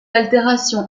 altération